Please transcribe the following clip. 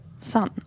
son